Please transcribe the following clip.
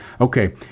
Okay